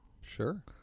Sure